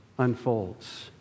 unfolds